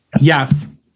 Yes